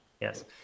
Yes